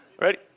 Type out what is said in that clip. ready